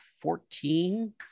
fourteen